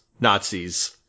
Nazis